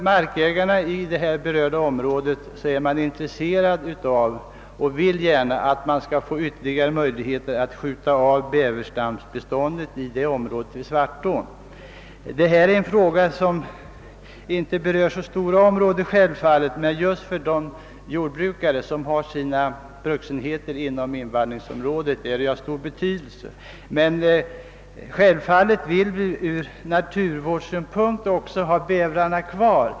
Markägarna inom det be rörda området vill gärna att man skall få ytterligare möjligheter att skjuta av bäverbeståndet i Svartån. Denna fråga berör självfallet inte stora områden, men just för dem som har sina bruksenheter inom invallningsområdet är den av stor betydelse. å andra sidan vill vi naturligtvis ur naturvårdssynpunkt gärna ha bävrarna kvar.